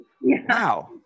wow